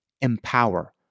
empower